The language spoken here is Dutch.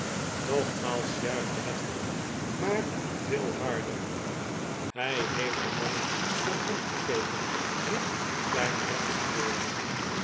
nogmaals juichte het volk maar veel harder hij heeft de mannen een hand gegeven riep de kleine